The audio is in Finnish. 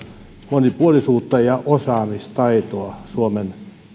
monipuolisuutta ja osaamistaitoa suomen